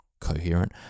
coherent